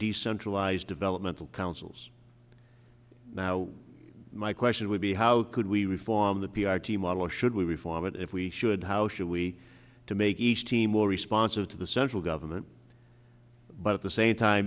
decentralized developmental councils now my question would be how could we reform the p r t model or should we reform it if we should how should we to make east timor responsive to the central government but at the same time